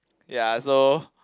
ya so